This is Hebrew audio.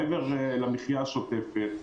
מעבר למחיה השוטפת,